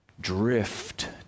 drift